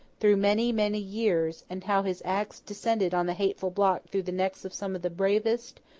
through many, many years, and how his axe descended on the hateful block through the necks of some of the bravest,